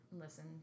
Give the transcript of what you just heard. listen